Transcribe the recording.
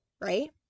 right